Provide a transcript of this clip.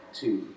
two